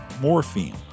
morphine